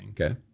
okay